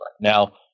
Now